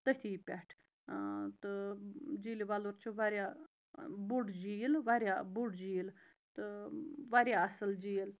تٔتھی پٮ۪ٹھ تہٕ جیٖلہِ وَلُر چھِ واریاہ بوٚڑ جیٖل واریاہ بوٚڑ جیٖل تہٕ واریاہ اَصٕل جیٖل